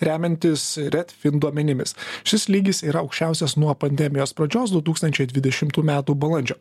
remiantis red fin duomenimis šis lygis yra aukščiausias nuo pandemijos pradžios du tūkstančiai dvidešimtų metų balandžio